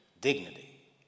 dignity –